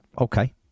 okay